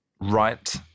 right